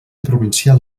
provincial